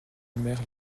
mère